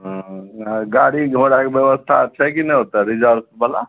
हूँ गाड़ी घोड़ाके व्यवस्था छै कि नहि ओतऽ रिजर्भ बला